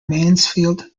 mansfield